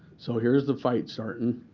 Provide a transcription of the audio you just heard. so here's the fight starting.